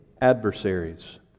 Adversaries